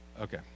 Okay